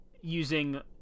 using